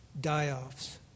die-offs